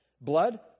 blood